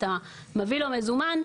אתה מביא לו מזומן,